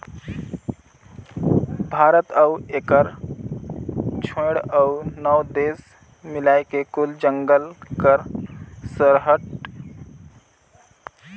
भारत अउ एकर छोंएड़ अउ नव देस मिलाए के कुल जंगल कर सरसठ परतिसत हिस्सा अहे